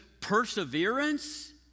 perseverance